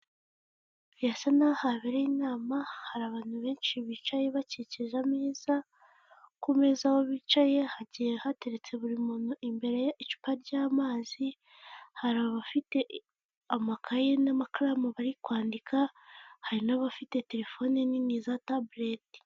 Ahantu hasa nk'aho habereye inama, hari abantu benshi bicaye bakikije ameza, ku meza aho bicaye hagiye hateretse buri muntu imbere icupa ry'amazi, hari abafite amakayi n'amakaramu bari kwandika, hari n'abafite telefone nini za tabureti.